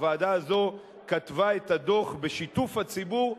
הוועדה הזאת כתבה את הדוח בשיתוף הציבור,